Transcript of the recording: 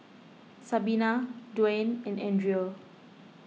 Sabina Duane and andrea